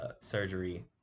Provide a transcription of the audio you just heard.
surgery